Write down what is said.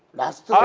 last